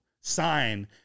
sign